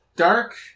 Dark